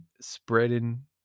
spreading